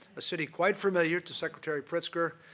a city quite familiar to secretary pritzker,